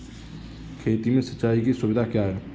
खेती में सिंचाई की सुविधा क्या है?